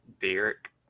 Derek